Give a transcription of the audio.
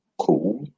cool